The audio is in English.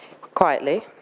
quietly